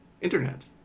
Internet